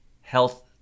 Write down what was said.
health